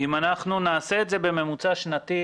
אנחנו נעשה את זה בממוצע שנתי,